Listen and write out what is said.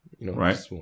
Right